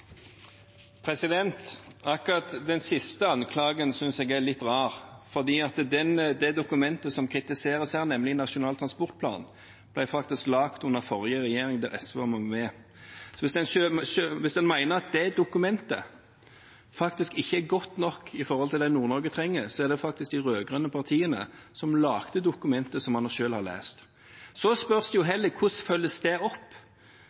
beskjedent. Akkurat den siste anklagen synes jeg er litt rar, for det dokumentet som kritiseres her, nemlig Nasjonal transportplan, ble laget under den forrige regjeringen, der SV var med. Hvis han mener at det dokumentet ikke er godt nok i forhold til det Nord-Norge trenger, er det faktisk de rød-grønne partiene som lagde det dokumentet som han selv har lest. Så spørs det jo hvordan det følges opp.